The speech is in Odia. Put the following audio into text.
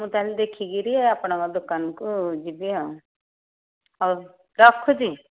ମୁଁ ତା'ହେଲେ ଦେଖି କରି ଆପଣଙ୍କ ଦୋକାନକୁ ଯିବି ଆଉ ହଉ ରଖୁଛି